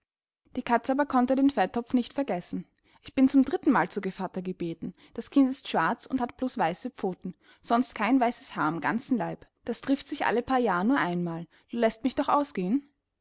die katze aber konnte den fetttopf nicht vergessen ich bin zum drittenmal zu gevatter gebeten das kind ist schwarz und hat bloß weiße pfoten sonst kein weißes haar am ganzen leib das trifft sich alle paar jahr nur einmal du läßt mich doch ausgehen